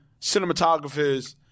cinematographers